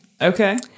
Okay